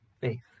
faith